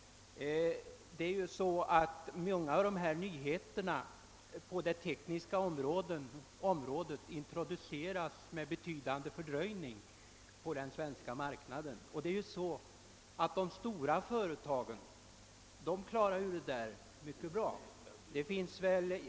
Många nyheter på det tekniska området introduceras med betydande fördröjning på den svenska marknaden. De stora företagen klarar sig säkert även härvidlag mycket bra själva.